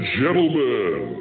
gentlemen